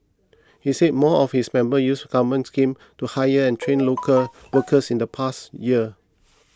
he said more of its members used government schemes to hire and train local workers in the past year